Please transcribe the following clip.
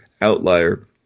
outlier